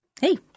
Hey